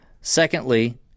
Secondly